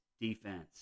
defense